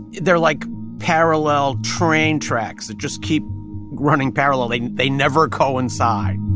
they're like parallel train tracks that just keep running parallel. they they never coincide